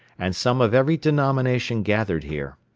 and some of every denomination gathered here.